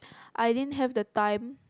I didn't have the time